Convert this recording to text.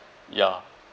yeah